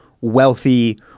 wealthy